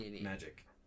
magic